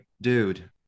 dude